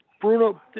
Bruno